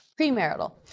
premarital